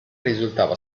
risultava